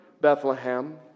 Bethlehem